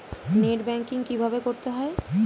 Net banking কীভাবে করতে হয়?